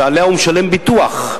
שלה הוא משלם ביטוח,